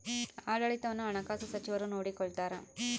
ಆಡಳಿತವನ್ನು ಹಣಕಾಸು ಸಚಿವರು ನೋಡಿಕೊಳ್ತಾರ